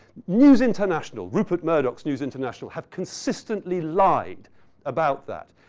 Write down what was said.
news international, rupert murdock's news international have consistently lied about that.